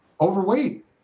overweight